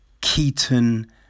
Keaton